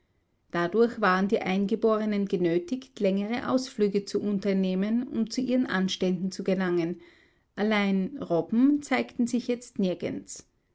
dadurch waren die eingeborenen genötigt längere ausflüge zu unternehmen um zu ihren anständen zu gelangen allein robben zeigten sich jetzt nirgends